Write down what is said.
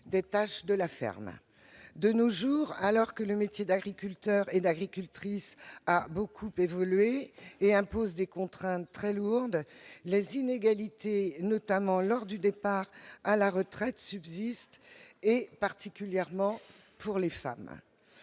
des tâches de la ferme. De nos jours, alors que le métier d'agriculteur et d'agricultrice a beaucoup évolué et impose des contraintes très lourdes, les inégalités, notamment lors du départ à la retraite, subsistent, en particulier pour les femmes.